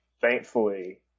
thankfully